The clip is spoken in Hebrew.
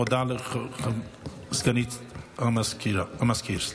הודעה לסגנית המזכיר, סליחה.